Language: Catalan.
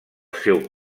seu